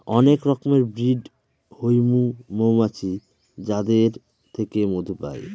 অনেক রকমের ব্রিড হৈমু মৌমাছির যাদের থেকে মধু পাই